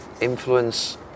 influence